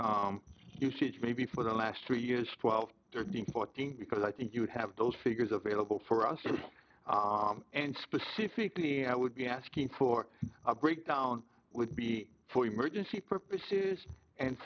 we usage may be for the last two years twelve thirteen fourteen because i think you would have those figures available for us and specifically i would be asking for a breakdown would be for emergency purposes and